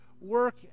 work